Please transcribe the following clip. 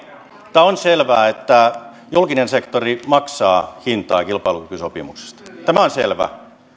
mutta on selvää että julkinen sektori maksaa hintaa kilpailukykysopimuksesta tämä on selvä ja